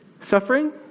suffering